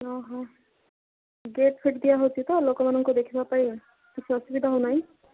ଓ ହଃ ଗେଟ୍ ଫେଟ୍ ଦିଆ ହେଉଛି ତ ଲୋକମାନଙ୍କୁ ଦେଖିବା ପାଇଁ କିଛି ଅସୁବିଧା ହଉ ନାଇ